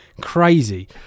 crazy